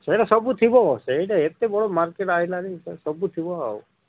ସେଇଟା ସବୁ ଥିବ ସେଇଟା ଏତେ ବଡ଼ ମାର୍କେଟ୍ ଆଇଲାଣି ସବୁ ଥିବ ଆଉ